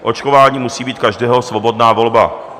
Očkování musí být každého svobodná volba.